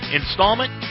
installment